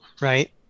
right